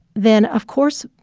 then, of course,